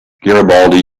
garibaldi